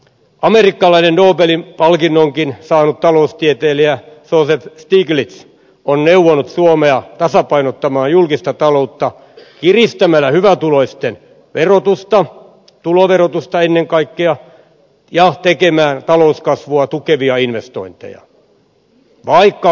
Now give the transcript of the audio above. amerikkalainen nobelin palkinnonkin saanut taloustieteilijä joseph stiglitz on neuvonut suomea tasapainottamaan julkista taloutta kiristämällä hyvätuloisten verotusta tuloverotusta ennen kaikkea ja tekemään talouskasvua tukevia investointeja vaikka velkarahalla